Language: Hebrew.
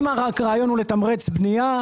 אם הרעיון הוא רק לתמרץ בנייה,